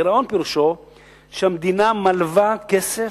גירעון פירושו שהמדינה לווה כסף.